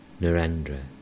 Narendra